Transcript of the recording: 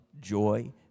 joy